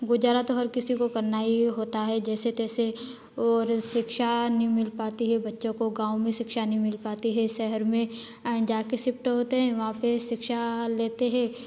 गुजारा तो हर किसी को करना ही होता है जैसे तैसे और शिक्षा नहीं मिल पाती है बच्चों को गाँव में शिक्षा नहीं मिल पाती है शहर में एँ जाकर शिफ्ट होते हैं वहाँ पर शिक्षा लेते हैं